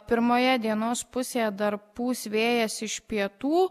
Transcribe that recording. pirmoje dienos pusėje dar pūs vėjas iš pietų